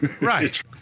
right